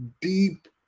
deep